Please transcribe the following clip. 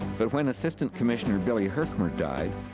but when assistant commissioner billy herchmer died,